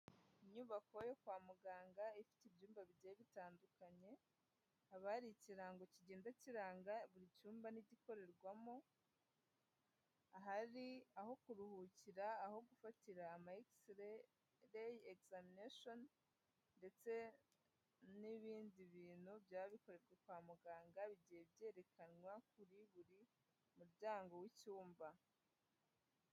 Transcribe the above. Inyubako yo kwa muganga ifite ibyumba bigiye bitandukanye hakaba bari ikirango kigenda kiranga buri cyumba n'igikorerwamo, hari aho kuruhukira, aho gufatira ama X-ray examination, ndetse n'ibindi bintu byaba bikorewe kwa muganga bigiye byerekanwa kuri buri muryango w'icyumba.